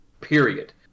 Period